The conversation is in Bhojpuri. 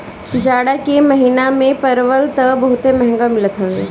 जाड़ा के महिना में परवल तअ बहुते महंग मिलत हवे